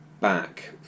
back